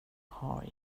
har